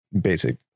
basic